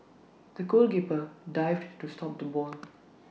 the goalkeeper dived to stop the ball